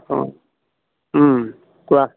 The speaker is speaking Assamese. অঁ কোৱা